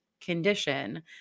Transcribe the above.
condition